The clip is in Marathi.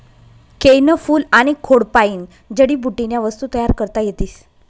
केयनं फूल आनी खोडपायीन जडीबुटीन्या वस्तू तयार करता येतीस